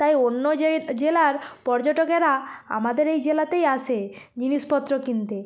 তাই অন্য জেলার পর্যটকেরা আমাদের এই জেলাতেই আসে জিনিসপত্র কিনতে